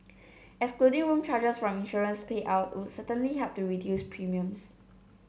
excluding room charges from insurance payout would certainly help reduce premiums